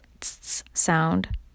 sound